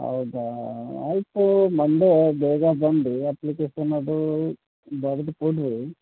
ಹೌದಾ ಆಯಿತು ಮಂಡೇ ಬೇಗ ಬಂದು ಅಪ್ಲಿಕೇಶನ್ ಅದು ಬರೆದುಕೊಡ್ರಿ